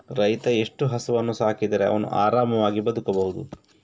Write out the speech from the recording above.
ರೈತ ಎಷ್ಟು ಹಸುವನ್ನು ಸಾಕಿದರೆ ಅವನು ಆರಾಮವಾಗಿ ಬದುಕಬಹುದು?